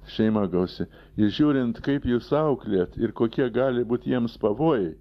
šeima gausi žiūrint kaip jūs auklėjat ir kokie gali būt jiems pavojai